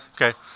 Okay